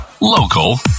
local